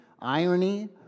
irony